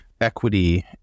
equity